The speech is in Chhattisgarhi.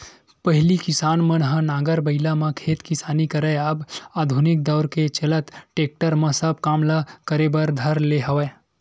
पहिली किसान मन ह नांगर बइला म खेत किसानी करय अब आधुनिक दौरा के चलत टेक्टरे म सब काम ल करे बर धर ले हवय